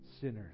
Sinners